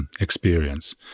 experience